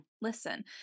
listen